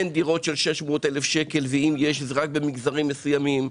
אין דירות של 600,000 שקלים ואם יש זה רק במגזרים מסוימים.